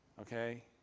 okay